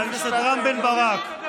חבר הכנסת בן ברק,